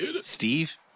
Steve